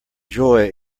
joy